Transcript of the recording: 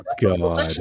god